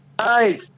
Hi